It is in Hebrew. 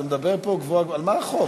אתה מדבר פה, על מה החוק?